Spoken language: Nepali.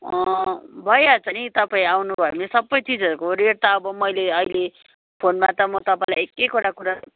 भइहाल्छ नि तपाईँ आउनुभयो भने सबै चिजहरूको रेट त अब मैले अहिले फोनमा त म तपाईँलाई एक एकवटा कुरा